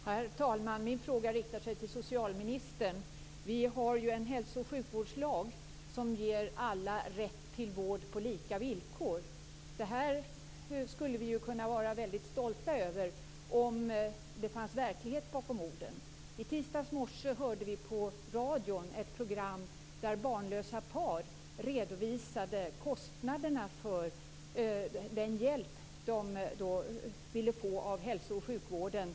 Herr talman! Min fråga riktar sig till socialministern. Vi har ju en hälso och sjukvårdslag som ger alla rätt till vård på lika villkor. Detta skulle vi kunna vara väldigt stolta över om det fanns verklighet bakom orden. I tisdags morse kunde vi höra ett program på radion där barnlösa par redovisade kostnaderna för den hjälp de ville ha av hälso och sjukvården.